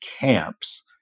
camps